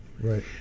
Right